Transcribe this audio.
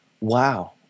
Wow